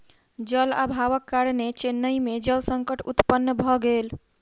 जल अभावक कारणेँ चेन्नई में जल संकट उत्पन्न भ गेल